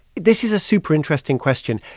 this is a super-interesting question.